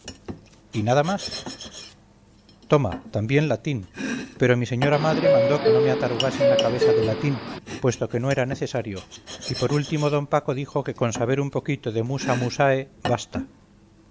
y nada más toma también latín pero mi señora madre mandó que no me atarugasen la cabeza de latín puesto que no era necesario y por último d paco dijo que con saber un poquito de musa mus bastaba